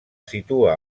situa